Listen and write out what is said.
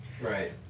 right